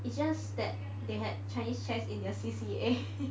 it's just that they had chinese chess in their C_C_A